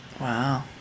Wow